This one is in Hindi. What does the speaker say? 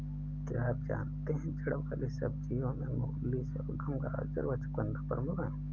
क्या आप जानते है जड़ वाली सब्जियों में मूली, शलगम, गाजर व चकुंदर प्रमुख है?